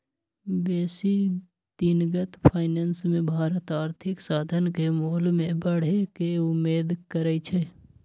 बेशी दिनगत फाइनेंस मे भारत आर्थिक साधन के मोल में बढ़े के उम्मेद करइ छइ